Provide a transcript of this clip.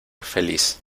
feliz